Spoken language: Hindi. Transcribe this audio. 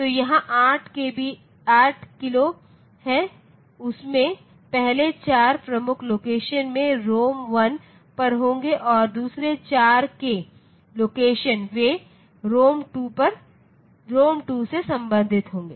तो यहां 8 k है उसमे पहले 4 प्रमुख लोकेशन में रोम1 पर होंगे और दूसरे 4 k लोकेशन वे रोम 2 से संबंधित होंगे